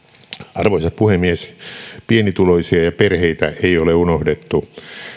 arvoisa puhemies pienituloisia ja perheitä ei ole unohdettu